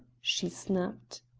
she snapped.